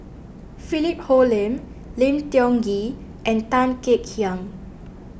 Philip Hoalim Lim Tiong Ghee and Tan Kek Hiang